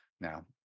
now